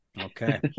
Okay